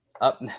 Up